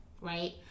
right